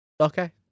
Okay